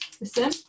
listen